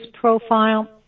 profile